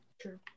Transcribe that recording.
True